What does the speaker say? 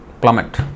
plummet